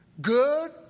good